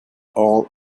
all